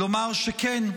לומר שכן,